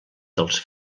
dels